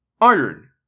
Iron